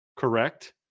correct